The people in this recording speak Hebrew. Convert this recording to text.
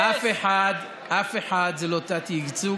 אף אחד זה לא תת-ייצוג,